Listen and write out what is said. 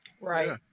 right